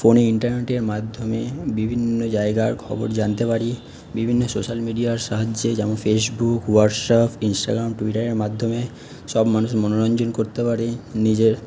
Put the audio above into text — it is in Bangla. ফোনে ইন্টারনেটের মাধ্যমে বিভিন্ন জায়গার খবর জানতে পারি বিভিন্ন সোশ্যাল মিডিয়ার সাহায্যে যেমন ফেসবুক হোয়াটসঅ্যাপ ইন্সটাগ্রাম টুইটারের মাধ্যমে সব মানুষ মনোরঞ্জন করতে পারে নিজের